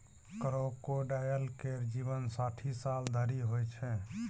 crocodile केर जीबन साठि साल धरि होइ छै